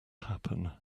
happen